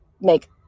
make